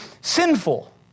sinful